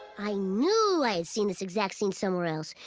i knew i had seen this exact scene somewhere else.